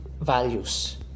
values